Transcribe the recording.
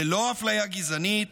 ללא אפליה גזענית,